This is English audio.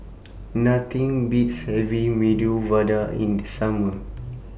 Nothing Beats having Medu Vada in The Summer